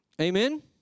Amen